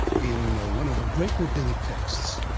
in one of a great rabbinic texts,